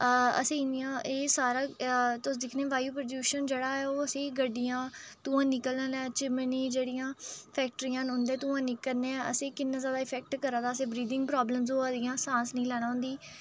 असें ई इ'न्नियां एह् सारा तुस दिक्खने वायू पलूशन जेह्ड़ा ऐ ओह् असें ई गड्डियां दा धूआं निकलने च चिमनी जेह्ड़ियां फैक्टरियां न उं'दे असें ई कि'न्ना जादा इफेक्ट करदा असें ब्रीथिंग च प्रॉब्लम होआ दी सांस निं लैना होंदी